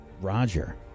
Roger